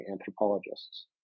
anthropologists